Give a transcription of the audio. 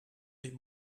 euch